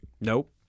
Nope